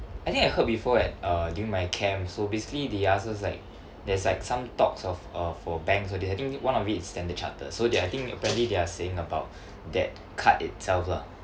I think I heard before at uh during my camp so basically they ask us like there's like some talks of uh for banks all this I think one of it is Standard Chartered so they I think apparently they're saying about that card itself lah